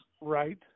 Right